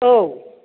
औ